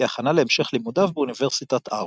כהכנה להמשך לימודיו באוניברסיטת ארפורט.